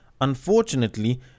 Unfortunately